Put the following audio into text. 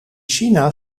china